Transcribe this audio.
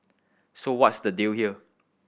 so what's the deal here